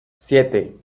siete